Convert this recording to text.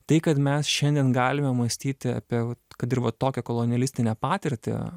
tai kad mes šiandien galime mąstyti apie kad ir va tokią kolonialistinę patirtį